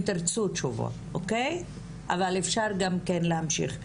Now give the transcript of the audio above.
אם תרצו תשובות, אוקי, אבל אפשר גם כן להמשיך,